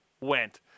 went